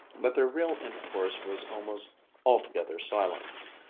but their real intercourse was almost altogether silent.